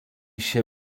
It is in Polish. się